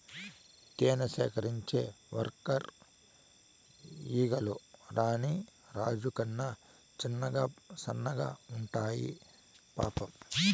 తేనె సేకరించే వర్కర్ ఈగలు రాణి రాజు కన్నా చిన్నగా సన్నగా ఉండాయి పాపం